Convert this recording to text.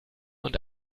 und